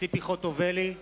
ציפי חוטובלי,